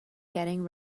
getting